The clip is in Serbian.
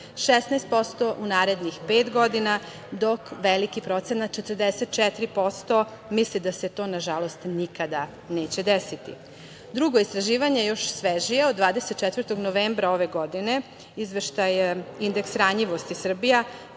16% u narednih pet godina, dok veliki procenat 44% misli da se to, nažalost, nikada neće desiti. Drugo istraživanje, još svežije od 24. novembra ove godine, Izveštaj „Indeks ranjivosti – Srbija“,